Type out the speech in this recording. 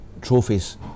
trophies